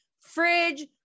fridge